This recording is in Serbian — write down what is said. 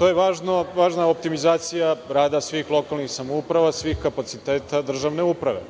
je optimizacija rada svih lokalnih samouprava, svih kapaciteta državne uprave.